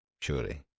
Surely